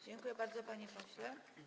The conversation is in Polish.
Dziękuję bardzo, panie pośle.